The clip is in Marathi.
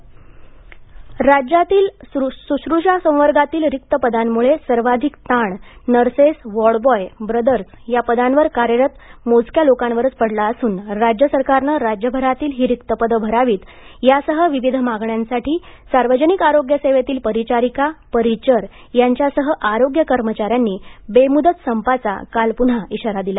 इशारा राज्यातील सुषुश्रा संवर्गातील रिक्त पदांमुळे सर्वाधिक ताण नर्सेस वार्डबॉय ब्रदर्स या पदांवर कार्यरत मोजक्या लोकांवरच पडला असून राज्य सरकारने राज्यभरातील ही रिक्त पदे भरावीत यासह विविध मागण्यांसाठी सार्वजनिक आरोग्य सेवेतील परिचारिका परिचर यांच्यासह आरोग्य कर्मचार्यांनी बेमुदत संपाचा काल पुन्हा इशारा दिला